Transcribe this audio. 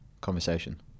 Conversation